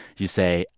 you say,